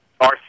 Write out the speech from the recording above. RC